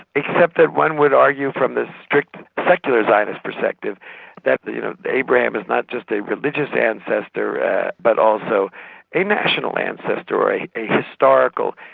except that one would argue from the strict secular zionist perspective that, you know, abraham is not just a religious ancestor but also a national ancestor or a a historical,